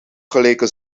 gelijke